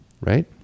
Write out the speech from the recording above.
right